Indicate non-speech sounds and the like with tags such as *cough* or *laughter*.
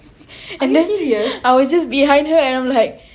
*laughs* and then I was just behind her and then I'm like